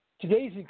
today's